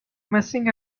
messing